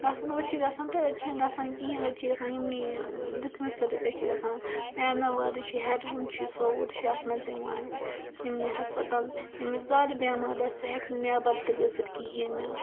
گَژھَن وألۍ چھِ گَژھان تہٕ أڈۍ چھِنہٕ گَژھان کِہیٖنٛۍ أڈۍ چھِ گَژھان یمنٕے ڈِسپینسٔرین پٮ۪ٹھ چھِ گَژھان ریناواری چھُ ہیڈوُن چھُ سووُر چھُ اَتھ منٛز یِوان یِمنٕے ہَسپَتال یٔمِس زیادٕ بیمار آسہِ سٔہ ہٮ۪کہِ نہٕ نٮ۪بَر تہِ گَژھٕتھ کِہیٖنٛۍ